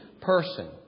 person